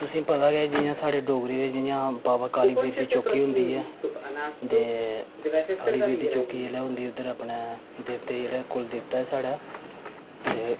तुसेंगी पता गै जियां स्हाड़े डोगरे दे जियां बाबा कालीवीर दी चौकी होंदी ऐ ते कालीवीर दी चौकी जेल्लै होंदी उद्धर अपने देवते जेह्ड़ा कुल देवता ऐ स्हाड़ा